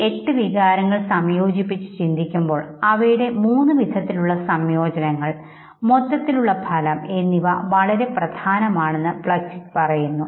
ഈ എട്ട് വികാരങ്ങൾ സംയോജിപ്പിച്ച് ചിന്തിക്കുമ്പോൾ അവയുടെ മൂന്ന് വിധത്തിലുള്ള സംയോജനങ്ങൾ മൊത്തത്തിലുള്ള ഫലം എന്നിവ വളരെ പ്രധാനമാണെന്ന് പ്ലച്ചിക് പറയുന്നു